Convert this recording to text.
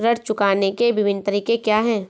ऋण चुकाने के विभिन्न तरीके क्या हैं?